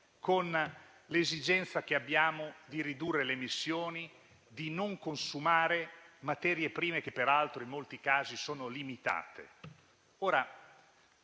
con l'esigenza che abbiamo di ridurre le emissioni, di non consumare materie prime, che peraltro in molti casi sono limitate.